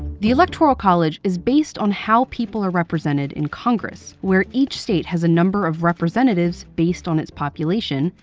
the electoral college is based on how people are represented in congress where each state has a number of representatives based on its population,